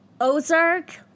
Ozark